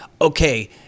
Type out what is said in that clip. okay